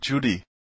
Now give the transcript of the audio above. Judy